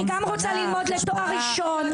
כספה --- אני גם רוצה ללמוד לתואר ראשון.